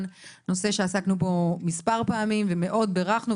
- נושא שעסקנו בו מספר פעמים ומאוד בירכנו.